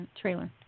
trailer